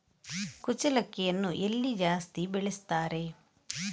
ಕುಚ್ಚಲಕ್ಕಿಯನ್ನು ಎಲ್ಲಿ ಜಾಸ್ತಿ ಬೆಳೆಸ್ತಾರೆ?